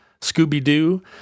Scooby-Doo